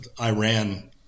Iran